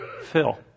Phil